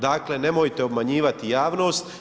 Dakle nemojte obmanjivati javnost.